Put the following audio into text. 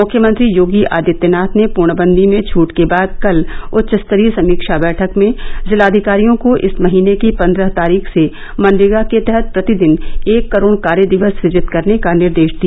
मुख्यमंत्री योगी आदित्यनाथ ने पूर्णबंदी में छूट के बाद कल उच्च स्तरीय समीक्षा बैठक में जिलाधिकारियों को इस महीने की पंद्रह तारीख से मनरेगा के तहत प्रतिदिन एक करोड़ कार्य दिवस सुजित करने का निर्देश दिया